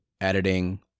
editing